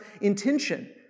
intention